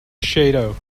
shadow